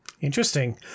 Interesting